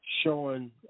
showing